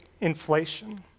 inflation